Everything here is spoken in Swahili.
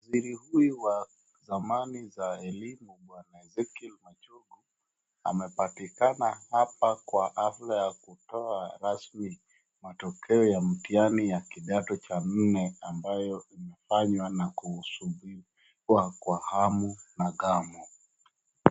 Waziri huyu wa zamani za wizara ya elimu bwana Ezekiel Machongu amepatikana hapa kwa hafla ya kutoa rasmi matokeo mtihani ya kitando cha nne ambayo imefanywa na kusubiriwa kwa hamu na ghamu.